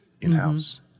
in-house